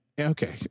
Okay